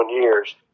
years